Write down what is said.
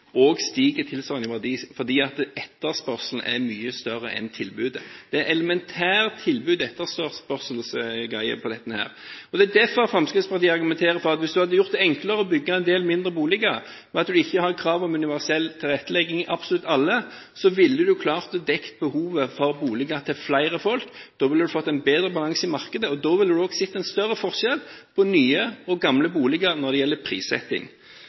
Det er derfor Fremskrittspartiet argumenterer for at hvis en hadde gjort det enklere å bygge en del mindre boliger og ikke hadde hatt krav om universell tilrettelegging i absolutt alle, ville en klart å dekke behovet for boliger for flere folk. Da ville en fått en bedre balanse i markedet, og da ville en også sett en større forskjell på nye og gamle boliger når det gjelder prissetting.